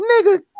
Nigga